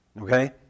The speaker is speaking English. Okay